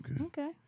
Okay